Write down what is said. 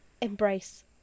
embrace